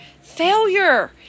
Failure